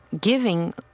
giving